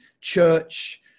church